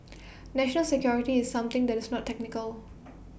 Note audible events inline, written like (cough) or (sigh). national security is something that is not technical (noise)